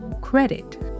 credit